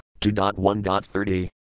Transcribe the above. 2.1.30